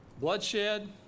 bloodshed